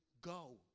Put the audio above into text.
go